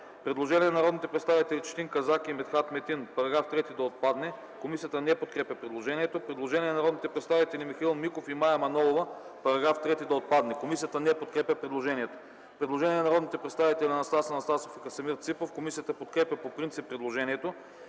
Предложение на народните представители Четин Казак и Митхат Метин –§ 3 да отпадне. Комисията не подкрепя предложението. Предложение на народните представители Михаил Миков и Мая Манолова –§ 3 да отпадне. Комисията не подкрепя предложението. Предложение на народните представители Анастас Анастасов и Красимир Ципов. Комисията подкрепя по принцип предложението.